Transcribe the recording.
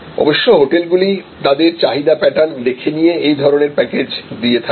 অবশ্য হোটেলগুলি তাদের চাহিদা প্যাটার্ন দেখে নিয়ে এই ধরণের প্যাকেজ দিয়ে থাকে